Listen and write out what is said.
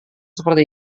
seperti